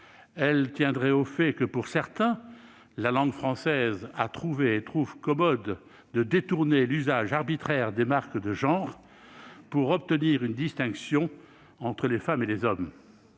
identificateurs de sexe : pour certains, la langue française a trouvé et trouve commode de détourner l'usage arbitraire des marques de genre pour obtenir une distinction entre les femmes et les hommes.